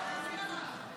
ההצעה להעביר את הצעת